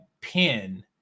pin